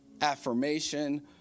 Affirmation